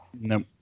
Nope